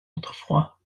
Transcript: autrefois